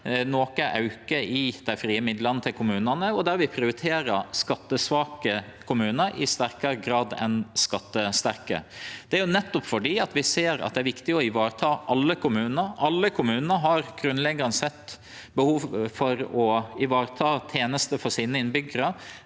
auke i dei frie midlane til kommunane, der vi prioriterer skattesvake kommunar i sterkare grad enn skattesterke. Det er nettopp fordi vi ser at det er viktig å vareta alle kommunar. Alle kommunar har grunnleggjande sett behov for å vareta tenestene for sine innbyggjarar,